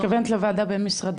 את מתכוונת לוועדה הבין משרדית?